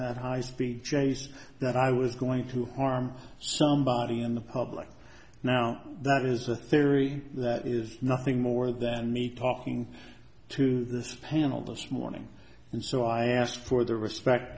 that high speed chase that i was going to harm somebody in the public now that is a theory that is nothing more than me talking to this panel this morning and so i asked for the respect